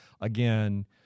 again